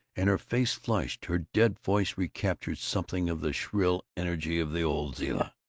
and her face flushed, her dead voice recaptured something of the shrill energy of the old zilla.